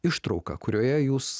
ištrauką kurioje jūs